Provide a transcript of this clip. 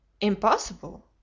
Impossible